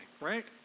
right